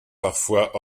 parfois